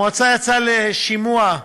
המועצה יצאה לשימוע,